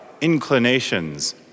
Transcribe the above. inclinations